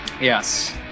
Yes